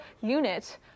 unit